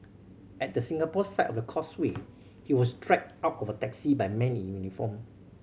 at the Singapore side of the Causeway he was dragged out of a taxi by men in uniform